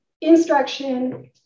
instruction